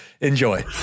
Enjoy